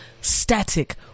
static